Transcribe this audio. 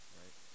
right